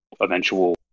eventual